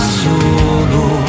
solo